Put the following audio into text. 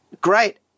great